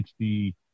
60